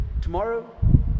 Tomorrow